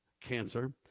cancer